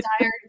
tired